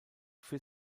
für